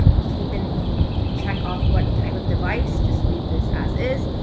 um you can even check off what type of device. just leave this as is.